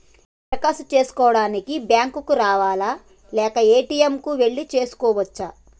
దరఖాస్తు చేసుకోవడానికి బ్యాంక్ కు రావాలా లేక ఏ.టి.ఎమ్ కు వెళ్లి చేసుకోవచ్చా?